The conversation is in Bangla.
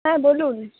হ্যাঁ বলুন